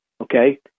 okay